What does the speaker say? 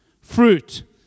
fruit